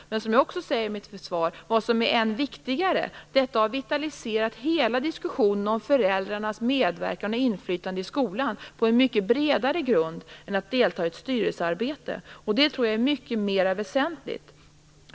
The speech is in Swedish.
Det som är än viktigare är att detta har vitaliserat diskussionen om föräldrarnas medverkan och inflytande i skolan på en mycket bredare grund än att delta i ett styrelsearbete. Det tror jag är mycket mera väsentligt.